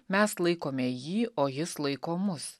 mes laikome jį o jis laiko mus